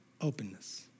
openness